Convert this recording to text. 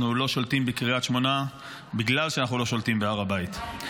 אנחנו לא שולטים בקריית שמונה בגלל שאנחנו לא שולטים בהר הבית.